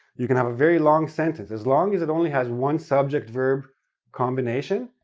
you can have a very long sentence. as long as it only has one subject-verb combination,